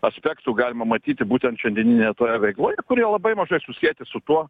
aspektų galima matyti būtent šiandieninėje toje veikloj kurie labai mažai susieti su tuo